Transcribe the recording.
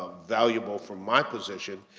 valuable from my position,